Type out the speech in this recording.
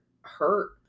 hurt